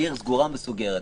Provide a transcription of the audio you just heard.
עיר סגורה ומסוגרת.